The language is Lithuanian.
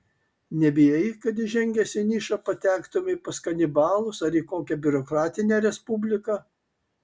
nebijai kad įžengęs į nišą patektumei pas kanibalus ar į kokią biurokratinę respubliką